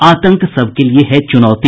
आतंक सबके लिए है च्रनौती